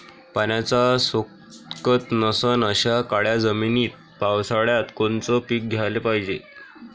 पाण्याचा सोकत नसन अशा काळ्या जमिनीत पावसाळ्यात कोनचं पीक घ्याले पायजे?